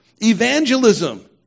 Evangelism